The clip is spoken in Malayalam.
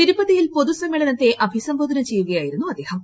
തിരുപ്പതിയിൽ പൊതുസമ്മേളനത്തെ അഭിസംബോധന ചെയ്യുകയായിരുന്നു അദ്ദേഹം